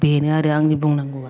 दा बेनो आरो आंनि बुंनांगौआ